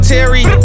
Terry